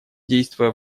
действуя